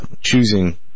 Choosing